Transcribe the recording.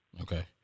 Okay